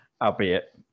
albeit